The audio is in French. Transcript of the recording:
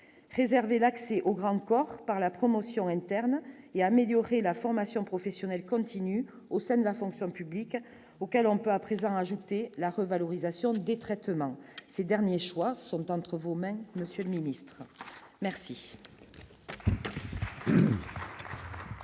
réserver l'accès aux grands corps par la promotion interne et améliorer la formation professionnelle continue au sein de la fonction publique, auquel on peut à présent ajouté la revalorisation des traitements, ces derniers choix sont entre vos mains. Monsieur le ministre merci.